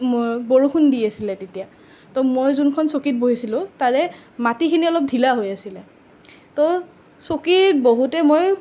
বৰষুণ দি আছিলে তেতিয়া তো মই যোনখন চকীত বহিছিলোঁ তাৰে মাটিখিনি অলপ ধিলা হৈ আছিলে তো চকীত বহোতে মই